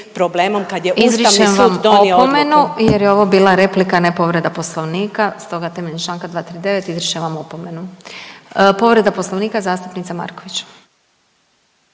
problemom kad je Ustavni sud donio odluku. **Glasovac, Sabina (SDP)** Izričem vam opomenu, jer je ovo bila replika ne povreda Poslovnika stoga temeljem članka 239. izričem vam opomenu. Povreda Poslovnika zastupnica Marković.